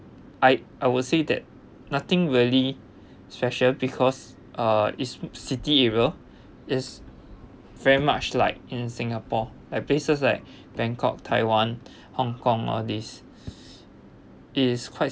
I I would say that nothing really special because uh is city area it's very much like in singapore at places like bangkok taiwan hong kong all these is quite